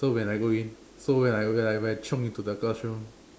so when I go in so when I when I chiong into the girls room